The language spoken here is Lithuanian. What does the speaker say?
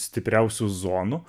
stipriausių zonų